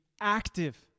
active